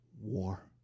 War